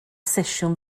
sesiwn